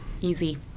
Easy